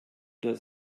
the